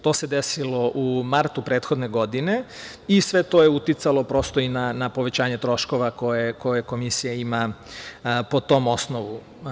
To se desilo u martu prethodne godine i sve to je uticalo prosto na povećanje troškove koje Komisija ima po tom osnovu.